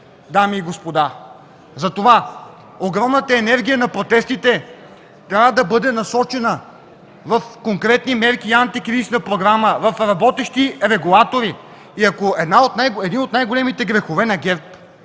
дами и господа! Затова огромната енергия на протестите трябва да бъде насочена в конкретни мерки и антикризисна програма, в работещи регулатори! Един от най-големите грехове на ГЕРБ